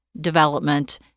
development